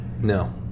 No